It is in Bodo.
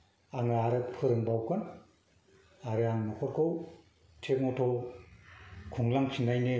आङो आरो फोरोंबावगोन आरो आं न'खरखौ थिकमथ' खुंलांफिननायनि